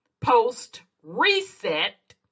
post-reset